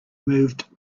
moved